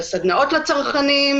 על סדנאות לצרכנים,